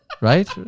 Right